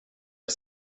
jag